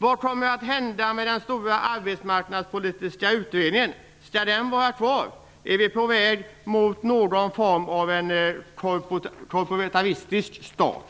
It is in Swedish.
Vad kommer att hända med den stora arbetsmarknadspolitiska utredningen? Skall den vara kvar? Är vi på väg mot någon form av korporativistisk stat?